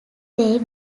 they